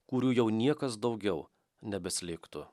kurių jau niekas daugiau nebeslėgtų